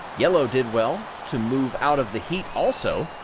yellow did well to move out of the heat, also,